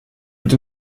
est